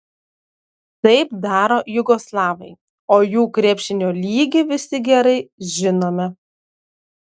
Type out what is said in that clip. taip daro jugoslavai o jų krepšinio lygį visi gerai žinome